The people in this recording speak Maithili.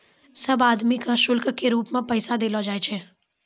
सब आदमी के शुल्क के रूप मे पैसा देलो जाय छै